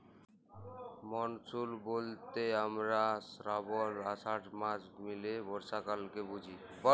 monsoon ব্যলতে হামরা শ্রাবল, আষাঢ় মাস লিয়ে বর্ষাকালকে বুঝি